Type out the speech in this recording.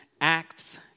Acts